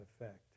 effect